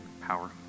power